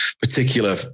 particular